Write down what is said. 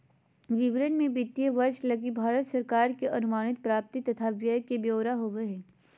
विवरण मे वित्तीय वर्ष लगी भारत सरकार के अनुमानित प्राप्ति तथा व्यय के ब्यौरा होवो हय